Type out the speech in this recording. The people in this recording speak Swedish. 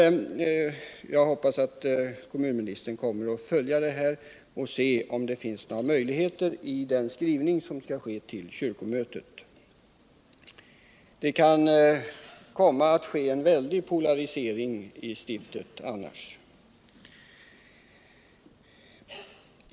Jag hoppas att kommunministern kommer att följa frågan och se om det finns möjligheter att åstadkomma något genom den skrivning som skall göras till kyrkomötet. Det kan annars komma att ske en väldig polarisering i stiftet.